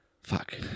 fuck